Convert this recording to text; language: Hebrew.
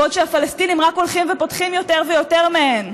בעוד שהפלסטינים רק הולכים ופותחים יותר ויותר מהן.